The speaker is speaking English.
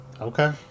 Okay